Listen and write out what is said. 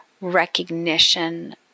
recognition